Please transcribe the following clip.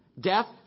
death